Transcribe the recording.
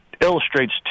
illustrates